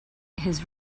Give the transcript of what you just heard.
his